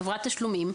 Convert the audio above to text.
חברת תשלומים,